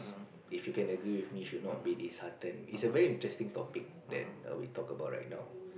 if you can agree with me should not be disheartened it's a very interesting topic that we talk about right now